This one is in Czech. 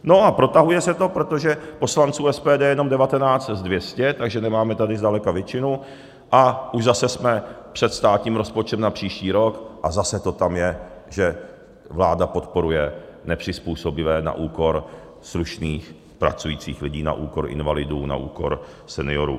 No a protahuje se to, protože poslanců SPD je jenom 19 z 200, takže nemáme tady zdaleka většinu, a už zase jsme před státním rozpočtem na příští rok a zase to tam je, že vláda podporuje nepřizpůsobivé na úkor slušných pracujících lidí, na úkor invalidů, na úkor seniorů.